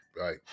right